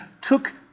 took